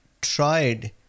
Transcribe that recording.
tried